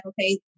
okay